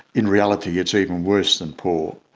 in reality it's even worse than poor.